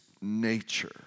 nature